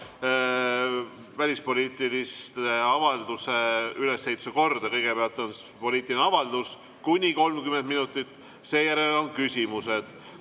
välispoliitilise avalduse arutelu korda. Kõigepealt on poliitiline avaldus kuni 30 minutit, seejärel on küsimused,